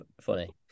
funny